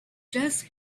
just